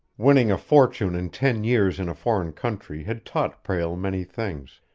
winning a fortune in ten years in a foreign country had taught prale many things,